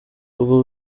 ubwo